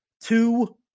two